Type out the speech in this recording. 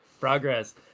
Progress